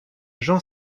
jean